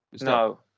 No